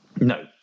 no